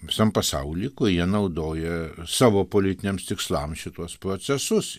visam pasauly kurie naudoja savo politiniams tikslams šituos procesus